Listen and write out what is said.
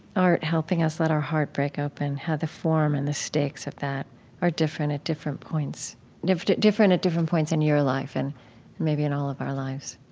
art helping us let our heart break open, how the form and the stakes of that are different at different points different at different at different points in your life and maybe in all of our lives?